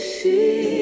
see